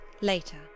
Later